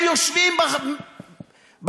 הם יושבים בישיבות,